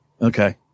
Okay